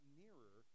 nearer